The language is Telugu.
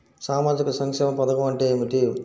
సామాజిక సంక్షేమ పథకం అంటే ఏమిటి?